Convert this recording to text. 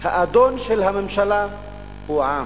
האדון של הממשלה הוא העם.